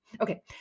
Okay